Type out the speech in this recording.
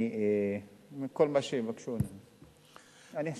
כל מה שיבקשו אני אעשה.